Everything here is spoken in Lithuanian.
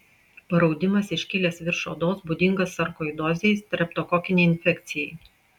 paraudimas iškilęs virš odos būdingas sarkoidozei streptokokinei infekcijai